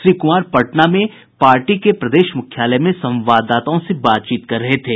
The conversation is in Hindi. श्री कुमार पटना में पार्टी के प्रदेश मुख्यालय में संवाददाताओं से बातचीत कर रहे थे